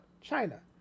China